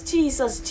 Jesus